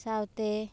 ᱥᱟᱶᱛᱮ